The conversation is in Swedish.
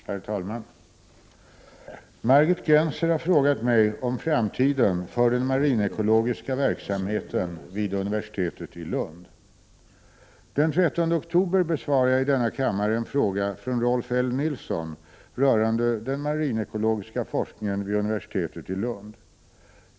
Herr talman! Margit Gennser har frågat mig om framtiden för den marinekologiska verksamheten vid universitetet i Lund. Den 13 oktober besvarade jag i denna kammare en fråga från Rolf L Nilson rörande den marinekologiska forskningen vid universitetet i Lund.